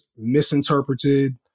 misinterpreted